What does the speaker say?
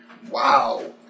Wow